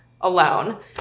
alone